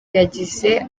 yagize